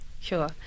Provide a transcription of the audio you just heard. Sure